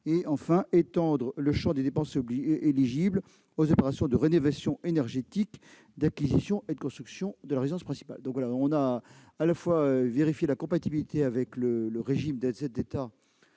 voulons étendre le champ des dépenses éligibles aux opérations de rénovation énergétique, d'acquisition et de construction de la résidence principale. Nous avons donc à la fois vérifié la compatibilité avec le régime des aides d'État